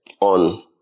on